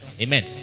Amen